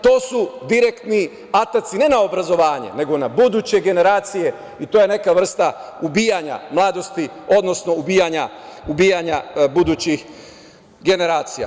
To su direktni ataci, ne na obrazovanje, nego na buduće generacije i to je neka vrsta ubijanja mladosti, odnosno ubijanja budućih generacija.